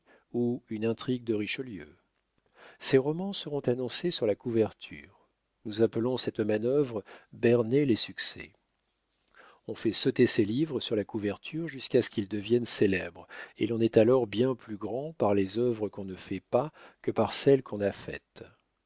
ou une intrigue de richelieu ces romans seront annoncés sur la couverture nous appelons cette manœuvre berner les succès on fait sauter ses livres sur la couverture jusqu'à ce qu'ils deviennent célèbres et l'on est alors bien plus grand par les œuvres qu'on ne fait pas que par celles qu'on a faites